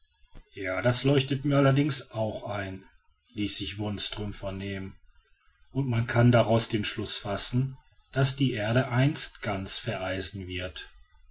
ja das leuchtet mir allerdings auch ein ließ sich wonström vernehmen und man kann daraus den schluß fassen daß die erde einst ganz vereisen wird